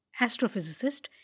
astrophysicist